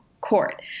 court